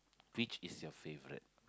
which is your favourite